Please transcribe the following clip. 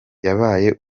yabaye